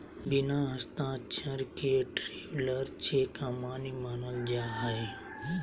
बिना हस्ताक्षर के ट्रैवलर चेक अमान्य मानल जा हय